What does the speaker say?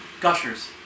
Gushers